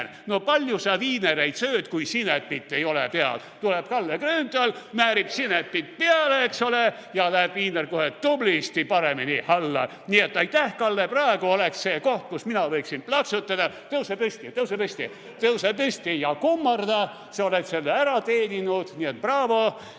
No palju sa viinereid sööd, kui sinepit ei ole peal? Tuleb Kalle Grünthal, määrib sinepit peale, eks ole, ja viiner läheb kohe tublisti paremini alla. Nii et aitäh, Kalle! Praegu oleks see koht, kus mina võiksin plaksutada. Tõuse püsti, tõuse püsti. Tõuse püsti ja kummarda. Sa oled selle ära teeninud. Braavo!